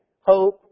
hope